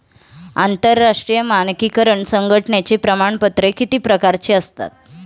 आंतरराष्ट्रीय मानकीकरण संघटनेची प्रमाणपत्रे किती प्रकारची असतात?